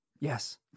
yes